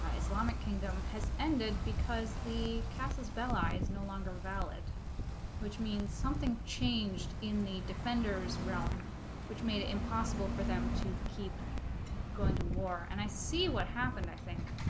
islamic kingdom has ended because the casas bella is no longer valid which means something changed in the defenders realm which made it impossible for them to keep going to war and i see what happened i think